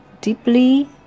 deeply